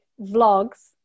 vlogs